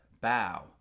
bow